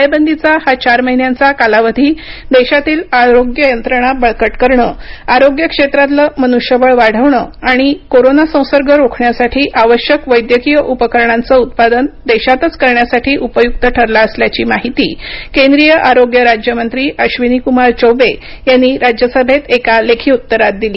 टाळेबंदीचा हा चार महिन्यांचा कालावधी देशातली आरोग्य यंत्रणा बळकट करणं आरोग्य क्षेत्रातलं मनृष्यबळ वाढवणं आणि कोरोना संसर्ग रोखण्यासाठी आवश्यक वैद्यकीय उपकरणांचं उत्पादन देशातच करण्यासाठी उपयुक्त ठरला असल्याची माहिती केंद्रीय आरोग्य राज्य मंत्री अश्विनी कुमार चौबे यांनी राज्यसभेत एका लेखी उत्तरात दिली